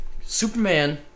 Superman